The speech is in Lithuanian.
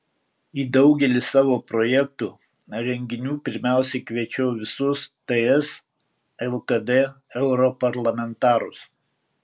į daugelį savo projektų renginių pirmiausia kviečiau visus ts lkd europarlamentarus